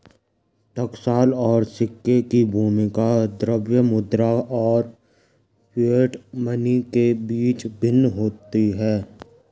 टकसाल और सिक्के की भूमिका द्रव्य मुद्रा और फिएट मनी के बीच भिन्न होती है